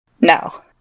no